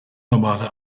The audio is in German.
normale